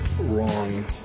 wrong